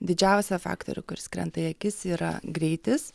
didžiausią faktorių kuris krenta į akis yra greitis